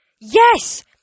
Yes